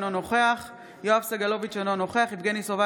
אינו נוכח יואב סגלוביץ' אינו נוכח יבגני סובה,